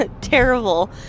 terrible